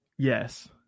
yes